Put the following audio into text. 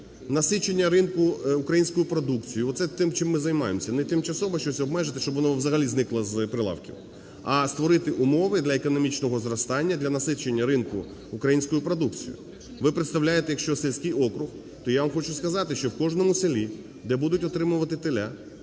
насичення ринку українською продукцією – оце те, чим ми займаємося. Не тимчасово щось обмежити, щоб воно взагалі зникло з прилавків, а створити умови для економічного зростання, для насичення ринку українською продукцією. Ви представляєте, якщо сільський округ, то я вам хочу сказати, що в кожному селі, де будуть утримувати теля,